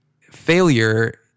failure